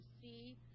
see